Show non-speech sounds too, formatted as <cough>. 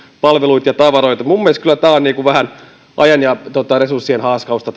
palveluita ja tavaroita minun mielestäni kyllä tällaisen kokeilun järjestäminen on vähän niin kuin ajan ja resurssien haaskausta <unintelligible>